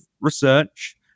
research